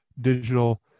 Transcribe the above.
digital